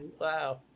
wow